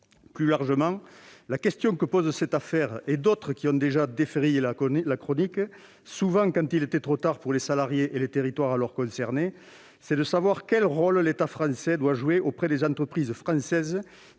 Plus largement, la question que pose cette affaire, comme d'autres affaires qui ont déjà défrayé la chronique, souvent quand il était trop tard pour les salariés et les territoires alors concernés, est de savoir quel rôle l'État français doit jouer auprès des entreprises françaises